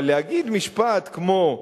אבל להגיד משפט כמו: